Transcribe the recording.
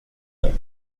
time